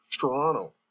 Toronto